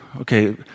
okay